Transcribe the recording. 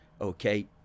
Okay